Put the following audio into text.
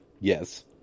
Yes